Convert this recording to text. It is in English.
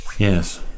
Yes